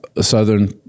Southern